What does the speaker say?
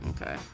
Okay